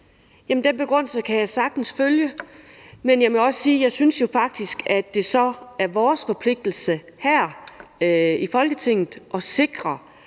den begrundelse kan jeg sagtens følge. Men jeg må også sige, at jeg jo faktisk synes, at det så er vores forpligtelse her i Folketinget at sikre,